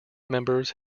members